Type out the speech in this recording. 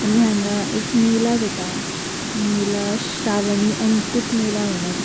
आनी हांगा एक मेला जाता मेला श्रावणी अंकूट मेला म्हणून